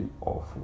awful